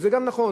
וזה גם נכון.